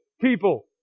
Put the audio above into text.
people